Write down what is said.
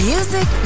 Music